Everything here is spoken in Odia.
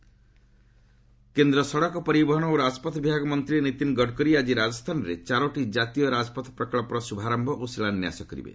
ଗଡ଼କରୀ କେନ୍ଦ୍ର ସଡ଼କ ପରିବହନ ଓ ରାଜପଥ ବିଭାଗ ମନ୍ତ୍ରୀ ନୀତିନ ଗଡ଼କରୀ ଆକି ରାଜସ୍ଥାନରେ ଚାରୋଟି କ୍ରାତୀୟ ରାଜପଥ ପ୍ରକଳ୍ପର ଶୁଭାରୟ ଓ ଶିଳାନ୍ୟାସ କରିବେ